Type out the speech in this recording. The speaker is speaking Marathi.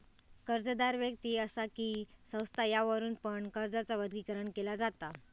कर्जदार व्यक्ति असा कि संस्था यावरुन पण कर्जाचा वर्गीकरण केला जाता